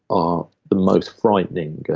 are the most frightening.